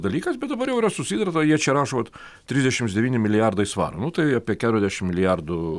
dalykas bet dabar jau yra susitarta jie čia rašo vat trisdešims devyni milijardai svarų nu tai apie keturiasdešim milijardų